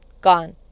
gone